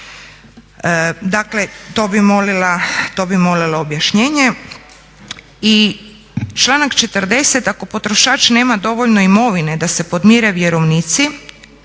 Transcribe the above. Dakle, to bih molila objašnjenje. I članak 40. ako potrošač nema dovoljno imovine da se podmire vjerovnici